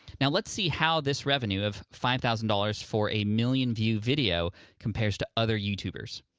now, let's see how this revenue of five thousand dollars for a million-view video compares to other youtubers.